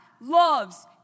loves